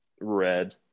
Red